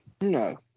No